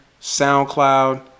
SoundCloud